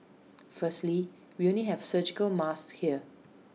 firstly we only have surgical masks here